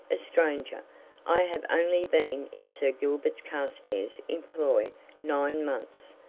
a stranger i have only been in sir gilbert's carstairs' employ nine months.